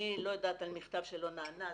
אני לא יודעת על מכתב שלא נענה,